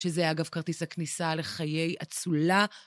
שזה, אגב, כרטיס הכניסה לחיי עצולה.